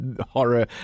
horror